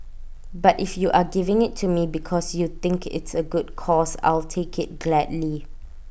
but if you are giving IT to me because you think it's A good cause I'll take IT gladly